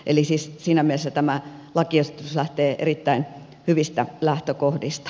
eli siinä mielessä tämä lakiesitys lähtee erittäin hyvistä lähtökohdista